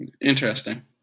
interesting